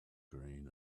green